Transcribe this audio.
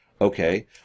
Okay